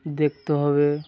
দেখতে হবে